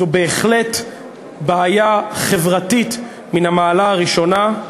זו בהחלט בעיה חברתית מן המעלה הראשונה.